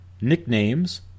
nicknames